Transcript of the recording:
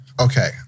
Okay